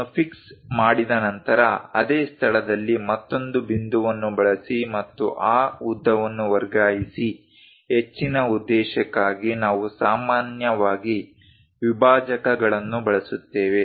ಅದನ್ನು ಫಿಕ್ಸ್ ಮಾಡಿದ ನಂತರ ಅದೇ ಸ್ಥಳದಲ್ಲಿ ಮತ್ತೊಂದು ಬಿಂದುವನ್ನು ಬಳಸಿ ಮತ್ತು ಆ ಉದ್ದವನ್ನು ವರ್ಗಾಯಿಸಿ ಹೆಚ್ಚಿನ ಉದ್ದೇಶಕ್ಕಾಗಿ ನಾವು ಸಾಮಾನ್ಯವಾಗಿ ವಿಭಾಜಕಗಳನ್ನು ಬಳಸುತ್ತೇವೆ